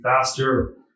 faster